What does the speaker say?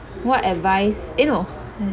what advice eh no